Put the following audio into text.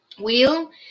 wheel